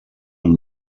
amb